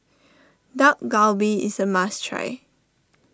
Dak Galbi is a must try